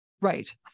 Right